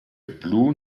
blue